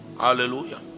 Hallelujah